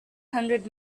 hundred